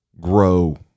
grow